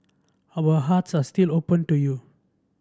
our hearts are still open to you